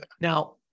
now